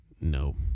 No